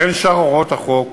בין שאר הוראות החוק,